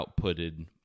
outputted